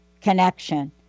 Connection